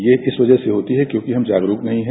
ये इस वजह से होती है क्योंकि हम जागरूक नहीं है